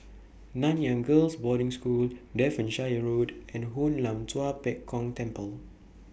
Nanyang Girls' Boarding School Devonshire Road and Hoon Lam Tua Pek Kong Temple